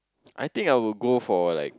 I think I will go for like